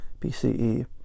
BCE